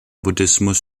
buddhismus